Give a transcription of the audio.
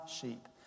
sheep